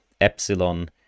epsilon